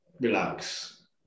relax